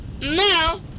Now